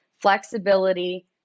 flexibility